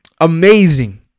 amazing